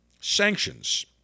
sanctions